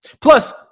Plus